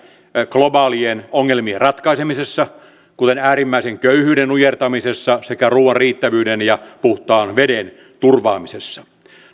globaalien ongelmien ratkaisemisessa kuten äärimmäisen köyhyyden nujertamisessa sekä ruuan riittävyyden ja puhtaan veden turvaamisessa